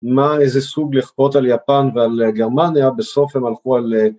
מה איזה סוג לכפות על יפן ועל גרמניה, בסוף הם הלכו על...